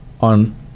on